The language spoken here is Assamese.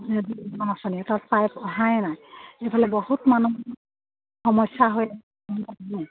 আঁচনি তাত পাইপ অহাই নাই এইফালে বহুত মানুহ সমস্যা হৈ